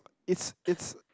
it's it's